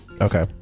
Okay